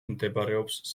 მდებარეობს